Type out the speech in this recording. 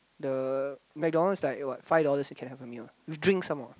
the McDonald is like what five dollars you can have a meal with drinks some more